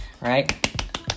right